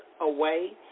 away